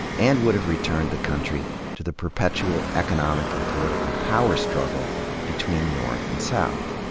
and would have returned the country to the perpetual economic and political power struggle between north and south.